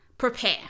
prepare